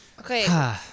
Okay